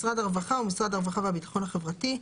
"משרד הרווחה" משרד הרווחה והביטחון החברתי.